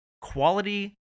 quality